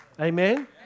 Amen